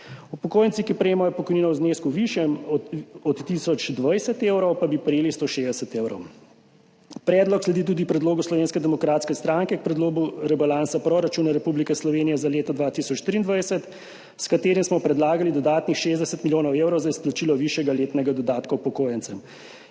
Upokojenci, ki prejemajo pokojnino v znesku, višjem od tisoč 20 evrov, pa bi prejeli 160 evrov. Predlog sledi tudi predlogu Slovenske demokratske stranke k predlogu rebalansa proračuna Republike Slovenije za leto 2023, s katerim smo predlagali dodatnih 60 milijonov evrov za izplačilo višjega letnega dodatka upokojencem,